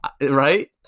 Right